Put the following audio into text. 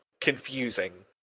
confusing